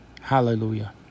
Hallelujah